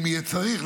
אם יהיה צריך,